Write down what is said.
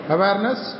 Awareness